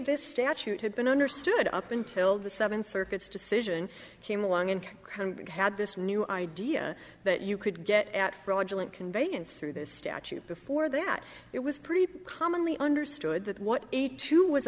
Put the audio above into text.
this statute had been understood up until the seven circuits decision came along and kind of had this new idea that you could get at fraudulent conveyance through this statute before that it was pretty commonly understood that what the two was